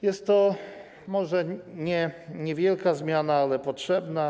Jest to może niewielka zmiana, ale potrzebna.